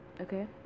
okay